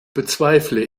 bezweifle